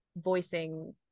voicing